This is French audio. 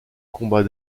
combat